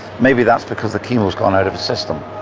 maybe that's because the chemo's gone out of his system.